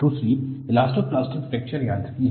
दूसरी elastoplastic fracture यांत्रिकी है